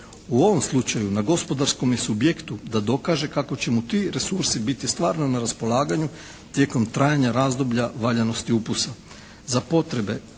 U ovom slučaju na gospodarskom je subjektu da dokaže kako će mu ti resursi biti stvarno na raspolaganju tijekom trajanja razdoblja valjanosti upisa.